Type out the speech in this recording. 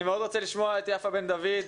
אני מאוד רוצה לשמוע את יפה בן דוד.